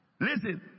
Listen